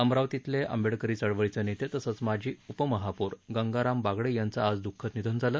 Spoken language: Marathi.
अमरावतीतले आंबेडकरी चळवळीचे नेते तसंच माजी उपमहापौर गंगाराम बागडे यांचे आज द्ःखद निधन झालं